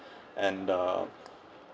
and the